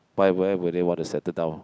but why would they want to settle down